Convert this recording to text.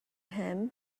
him